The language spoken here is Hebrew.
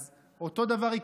אז אותו דבר יקרה,